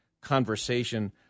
conversation